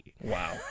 Wow